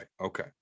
okay